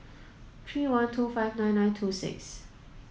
three one two five nine nine two six